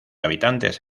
habitantes